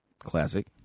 Classic